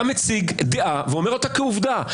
אתה מציג דעה כעובדה.